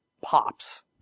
pops